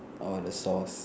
orh the sauce